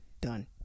Done